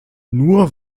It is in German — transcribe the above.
nur